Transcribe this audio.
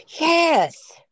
Yes